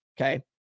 Okay